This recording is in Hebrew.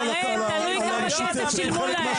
שרן, תלוי כמה כסף שילמו להם.